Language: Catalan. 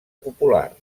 popular